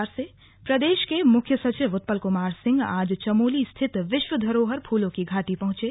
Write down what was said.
slug मुख्य सचिव हेमकुंड प्रदेश के मुख्य सचिव उत्पल कुमार सिंह आज चमोली स्थित विश्व धरोहर फूलों की घाटी पहुंचे